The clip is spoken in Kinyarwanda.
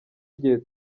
igihe